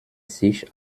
sich